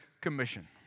Commission